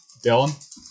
Dylan